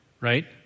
right